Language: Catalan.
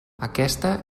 aquesta